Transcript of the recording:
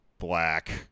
black